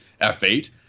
F8